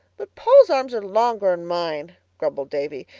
but paul's arms are longer'n mine, brumbled davy.